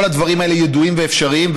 כל הדברים האלה ידועים ואפשריים,